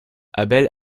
abel